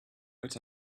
but